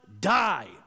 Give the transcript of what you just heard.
die